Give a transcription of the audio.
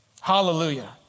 Hallelujah